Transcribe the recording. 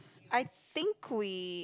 I think we